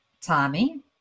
Tommy